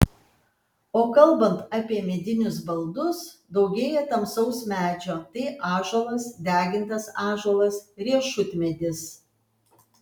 o kalbant apie medinius baldus daugėja tamsaus medžio tai ąžuolas degintas ąžuolas riešutmedis